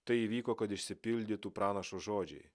tai įvyko kad išsipildytų pranašo žodžiai